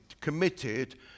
committed